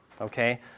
okay